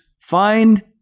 Find